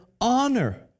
honor